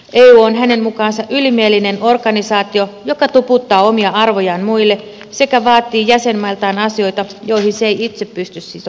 eu on hänen mukaansa ylimielinen organisaatio joka tuputtaa omia arvojaan muille sekä vaatii jäsenmailtaan asioita joihin se ei itse pysty sitoutumaan